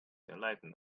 enlightened